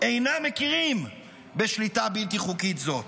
אינם מכירים בשליטה בלתי חוקית זאת.